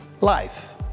life